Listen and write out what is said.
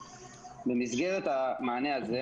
במסגרת המענה הזה,